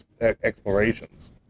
explorations